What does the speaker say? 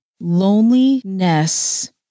Loneliness